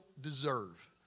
deserve